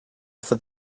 for